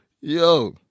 Yo